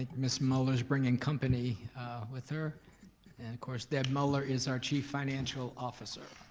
ah miss muller's bringing company with her, and of course, deb muller is our chief financial officer.